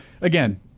again